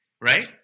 right